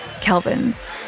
Kelvin's